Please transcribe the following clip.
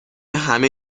همه